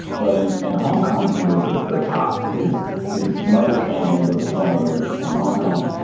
but in in hong kong, he was at the top. his his mother's family was one of the richest in hong kong.